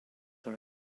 are